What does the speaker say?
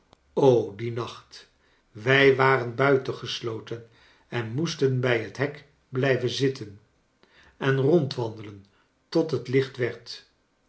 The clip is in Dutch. dien nacht wij waren buitengesloten en moesten bij hot hek blijven zitten en rondwaridelen tot het licht werd